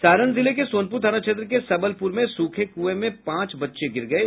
सारण जिले के सोनपुर थाना क्षेत्र के सबलपुर में सूखे कुए में पांच बच्चे गिर गये